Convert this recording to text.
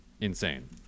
insane